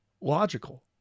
logical